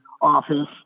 office